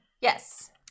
Yes